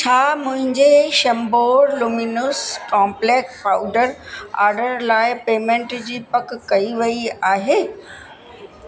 छा मुंहिंजे शम्बौर लुमिनूस कॉम्पलेक पाउडर ऑडर लाइ पेमैंट जी पक कई वई आहे